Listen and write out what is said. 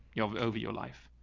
you have over your life.